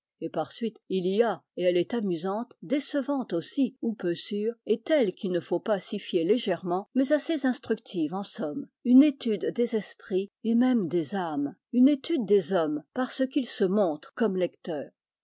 et par suite il y a et elle est amusante décevante aussi ou peu sûre et telle qu'il ne faut pas s'y fier légèrement mais assez instructive en somme une étude des esprits et même des âmes une étude des hommes par ce qu'ils se montrent comme lecteurs